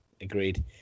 agreed